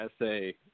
essay